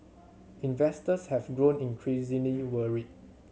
investors have grown increasingly worried